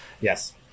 Yes